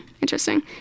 Interesting